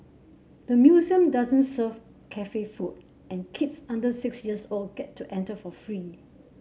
the museum doesn't serve cafe food and kids under six years old get to enter for free